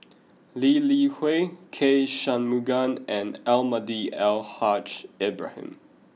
Lee Li Hui K Shanmugam and Almahdi Al Haj Ibrahim